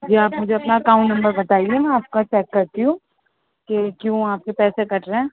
جی آپ مجھے اپنا اکاؤنٹ نمبر بتائیے میں آپ کا چیک کرتی ہوں کہ کیوں آپ کے پیسے کٹ رہے ہیں